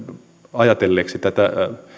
ajatelleeksi tätä